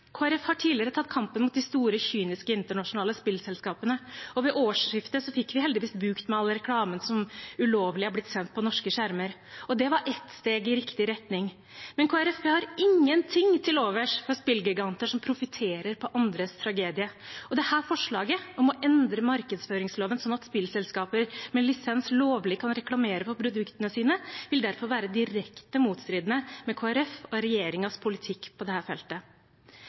har tidligere tatt kampen mot de store, kyniske internasjonale spillselskapene, og ved årsskiftet fikk vi heldigvis bukt med all reklamen som ulovlig har blitt sendt på norske skjermer. Det var ett steg i riktig retning. Men Kristelig Folkeparti har ingenting til overs for spillgiganter som profiterer på andres tragedie, og dette forslaget om å endre markedsføringsloven slik at spillselskaper med lisens lovlig kan reklamere for produktene sine, vil derfor være direkte i motstrid med Kristelig Folkeparti og regjeringens politikk på dette feltet. Timingen for dette forslaget gjør det